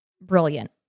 brilliant